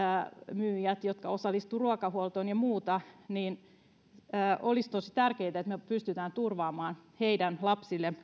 myyjät jotka osallistuvat ruokahuoltoon ja muuta joilla olisi tosi tärkeätä että me pystymme kuitenkin turvaamaan työntekijöiden lapsille